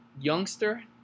youngster